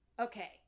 Okay